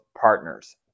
partners